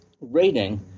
rating